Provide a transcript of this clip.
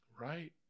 right